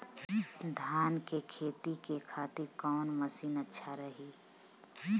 धान के खेती के खातिर कवन मशीन अच्छा रही?